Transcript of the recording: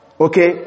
Okay